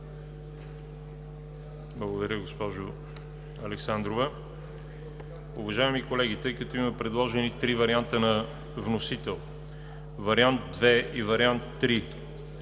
Благодаря, госпожо Александрова. Уважаеми колеги, тъй като има предложени три варианта на вносител – вариант II и вариант